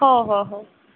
ହଉ ହଉ ହଉ